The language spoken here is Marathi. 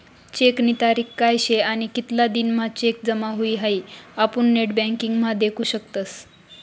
चेकनी तारीख काय शे आणि कितला दिन म्हां चेक जमा हुई हाई आपुन नेटबँकिंग म्हा देखु शकतस